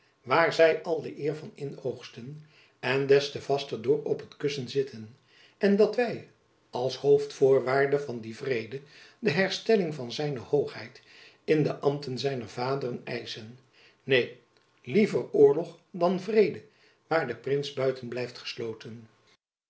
waar zy al de eer van inoogsten en des te vaster door op t kussen zitten en dat wy als hoofdvoorwaarde van dien vrede de herstelling van z hoogheid in de ambten zijner vaderen eischen neen liever oorlog dan een vrede waar de prins buiten blijft gesloten